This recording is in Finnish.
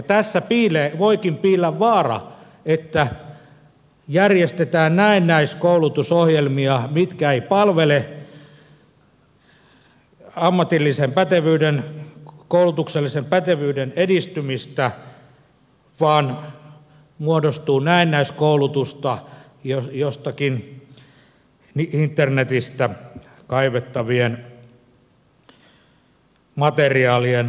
tässä voikin piillä vaara että järjestetään näennäiskoulutusohjelmia mitkä eivät palvele ammatillisen pätevyyden koulutuksellisen pätevyyden edistymistä vaan muodostuu näennäiskoulutusta joistakin internetistä kaivettavien materiaalien avulla